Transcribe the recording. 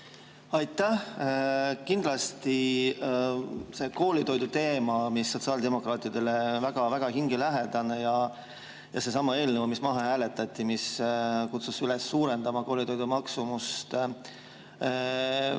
Aitäh! Kindlasti see koolitoidu teema, mis sotsiaaldemokraatidele väga-väga hingelähedane on, ja seesama eelnõu, mis maha hääletati, mis kutsus üles suurendama koolitoidu[toetust],